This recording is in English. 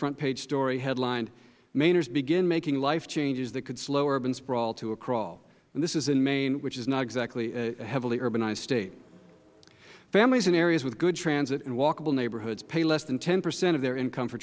front page story headlined mainers begin making life changes that could slow urban sprawl to a crawl this is in maine which is not exactly a heavily urbanized state families in areas with good transit and walkable neighborhoods pay less than ten percent of their income for